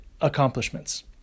accomplishments